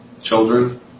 Children